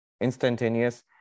instantaneous